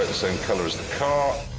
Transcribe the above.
same colour as the car.